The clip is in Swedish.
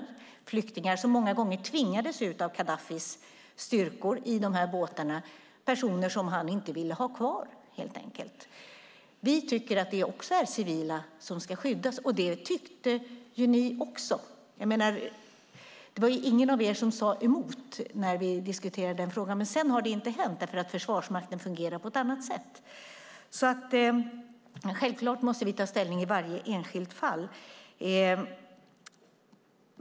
Det är flyktingar som många gånger tvingades ut av Gaddafis styrkor i dessa båtar - personer han helt enkelt inte ville ha kvar. Vi tycker att det också är civila som ska skyddas, och det tyckte ni också. Det var ju ingen av er som sade emot när vi diskuterade den frågan, men sedan har det inte hänt, därför att Försvarsmakten fungerar på ett annat sätt. Självklart måste vi ta ställning i varje enskilt fall.